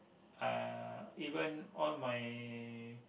uh even all my